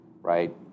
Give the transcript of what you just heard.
right